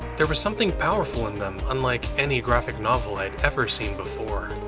there was something powerful in them, unlike any graphic novel i'd ever seen before.